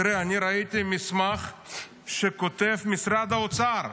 תראה, אני ראיתי מסמך שכותב משרד האוצר,